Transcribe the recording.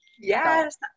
Yes